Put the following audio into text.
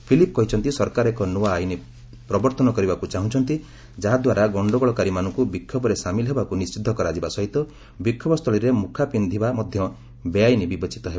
Philip କହିଛନ୍ତି ସରକାର ଏକ ନୂଆ ଆଇନ ପ୍ରବର୍ତ୍ତନ କରିବାକୁ ଚାହୁଁଛନ୍ତି ଯାହା ଦ୍ୱାରା ଗଣ୍ଡଗୋଳକାରୀମାନଙ୍କୁ ବିକ୍ଷୋଭରେ ସାମିଲ ହେବାକୁ ନିଷିଦ୍ଧ କରାଯିବା ସହିତ ବିକ୍ଷୋଭସ୍ଥଳୀରେ ମୁଖା ପିନ୍ଧିବା ବେଆଇନ ବିବେଚିତ ହେବ